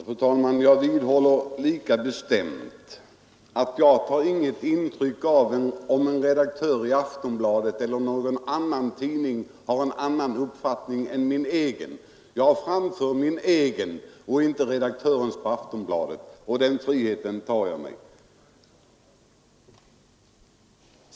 Fru talman! Jag vidhåller lika bestämt att jag inte tar något intryck av om en redaktör i Aftonbladet eller någon annan tidning har en annan uppfattning än jag själv. Jag framför min egen uppfattning, inte redaktörens på Aftonbladet. Den friheten tar jag mig.